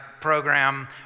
program